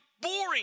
boring